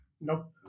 Nope